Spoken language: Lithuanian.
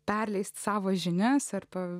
perleisti savas žinias arba